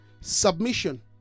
submission